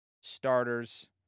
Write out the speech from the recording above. starters